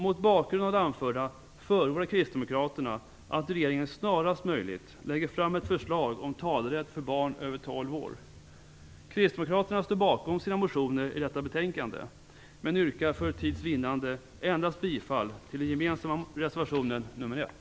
Mot bakgrund av det anförda förordar kristdemokraterna att regeringen snarast möjligt lägger fram ett förslag om talerätt för barn över tolv år. Kristdemokraterna står bakom sina motioner i detta betänkandet, men jag yrkar för tids vinnande endast bifall till den gemensamma reservationen nr 1.